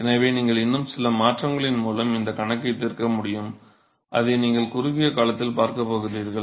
எனவே நீங்கள் இன்னும் சில மாற்றங்களின் மூலம் இந்த கணக்கை தீர்க்க முடியும் அதை நீங்கள் குறுகிய காலத்தில் பார்க்கப் போகிறீர்கள்